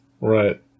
right